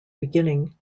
beginning